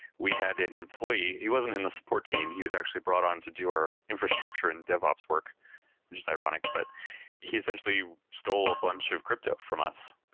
we had an employee. he wasn't in the support team. he was actually brought on to do our infrastructure and dev ops, which is ironic, but he essentially stole a bunch of crypto from us.